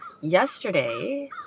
yesterday